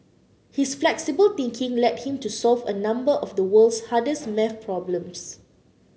his flexible thinking led him to solve a number of the world's hardest math problems